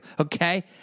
okay